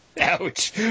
Ouch